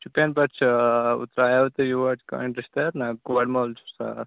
شُپیَن پٮ۪ٹھ چھِ اوترٕ آییَو تُہۍ یور یِتھ کَنۍ رِشتہٕ ہٮ۪تھ نا کورِ مول چھُس آ